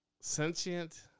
sentient